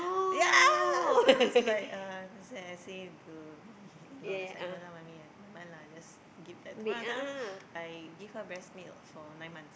ya so it's like uh that's why then I say to my in law I was like no lah mummy never mind lah I just give that point of time I give her breast milk for nine months